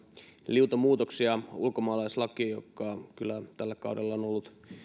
liuta muutoksia ulkomaalaislakiin joka kyllä tällä kaudella on ollut